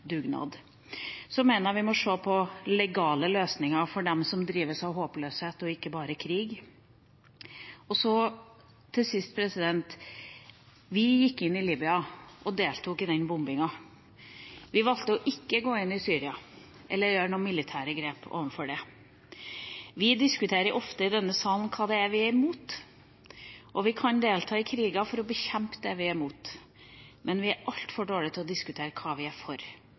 dugnad. Så mener jeg vi må se på legale løsninger for dem som drives av håpløshet og ikke bare krig. Til sist: Vi gikk inn i Libya og deltok i den bombinga. Vi valgte å ikke gå inn i Syria eller gjøre noen militære grep overfor det landet. Vi diskuterer ofte i denne salen hva det er vi er imot, og vi kan delta i kriger for å bekjempe det vi er imot. Men vi er altfor dårlig til å diskutere hva vi er for.